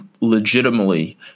legitimately